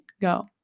go